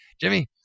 Jimmy